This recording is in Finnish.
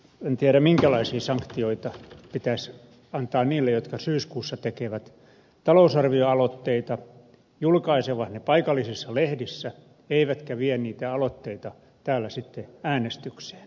en tiedä minkälaisia sanktioita pitäisi antaa niille jotka syyskuussa tekevät talousarvioaloitteita julkaisevat ne paikallisissa lehdissä eivätkä vie niitä aloitteita täällä sitten äänestykseen